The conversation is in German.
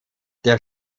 der